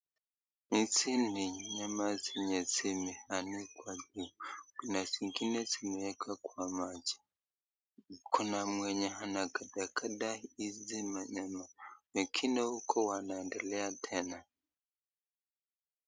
Hizi ni nyama zenye zimeanikwa na zingine zimewekwa kwa maji, kuna mwenye anakatakata hizi nyama wengine huko wanaendelea tena.